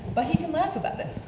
but he can laugh about it.